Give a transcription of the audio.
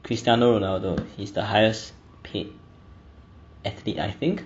cristiano ronaldo he is the highest paid athlete I think